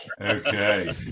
Okay